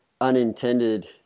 unintended